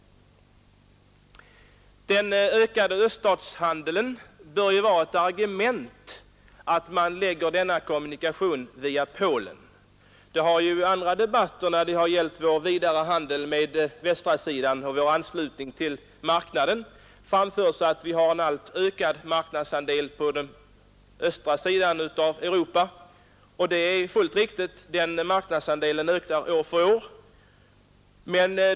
Den ökade öststatshandeln bör vara ett argument för att lägga denna kommunikationsled via Polen. I andra debatter, som gällt vår vidare handel med västsidan och vår anslutning till EEC, har det framförts att vi har en alltmer ökad marknadsandel på den östra sidan av Europa, och det är riktigt — den marknadsandelen ökar år för år.